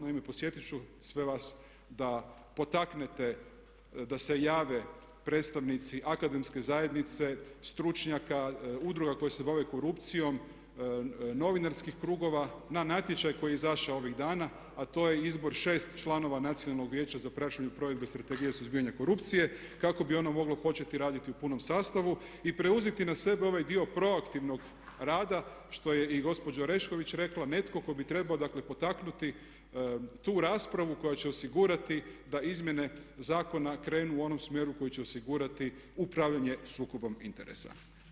Naime, podsjetiti ću sve vas da potaknete da se jave predstavnici akademske zajednice, stručnjaka, udruga koje se bave korupcijom, novinarskih krugova na natječaj koji je izašao ovih dana a to je izbor 6. članova Nacionalnog vijeća za praćenje provedbe Strategije suzbijanja korupcije kako bi ono moglo početi raditi u punom sastavu i preuzeti na sebe ovaj dio proaktivnog rada što je i gospođa Orešković rekla, netko tko bi trebalo dakle potaknuti tu raspravu koja će osigurati da izmjene zakona krenu u onom smjeru koji će osigurati upravljanje sukobom interesa.